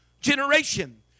generation